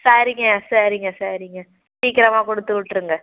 சரிங்க சரிங்க சரிங்க சீக்கிரமாக கொடுத்து விட்டுருங்க